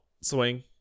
swing